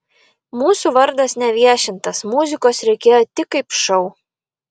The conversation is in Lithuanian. mūsų vardas neviešintas muzikos reikėjo tik kaip šou